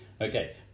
Okay